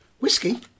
Whiskey